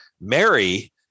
mary